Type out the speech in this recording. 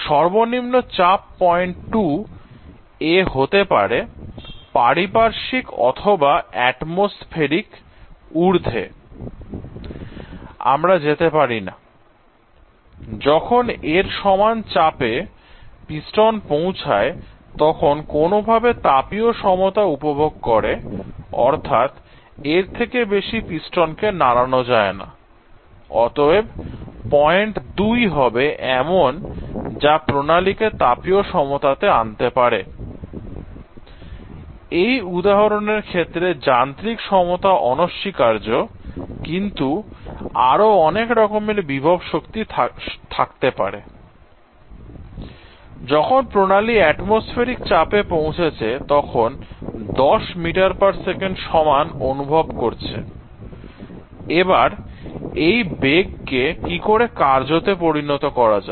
সর্বনিম্ন চাপ পয়েন্ট 2 এ হতে পারে পারিপার্শ্বিক অথবা এটমোস্ফেরিক ঊর্ধ্বে আমরা যেতে পারি নাযখন এর সমান চাপ এ পিস্টন পৌঁছায় তখন কোন ভাবে তাপীয় সমতা উপভোগ করে অর্থাৎ এর থেকে বেশি পিস্টন কে নাড়ানো যায় না I অতএব পয়েন্ট 2 হবে এমন যা প্রণালী কে তাপীয় সমতা আনতে পারে I এই উদাহরণ এর ক্ষেত্রে যান্ত্রিক সমতা অনস্বীকার্য কিন্তু আরো অনেক রকমের বিভবশক্তি থাকতে পারে I যখন প্রণালী এটমোস্ফেরিক চাপ এ পৌঁছাচ্ছে তখন 10ms সমান অনুভব করছে এবার এই বেগকে কি করে কার্য তে পরিণত করা যায়